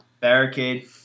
Barricade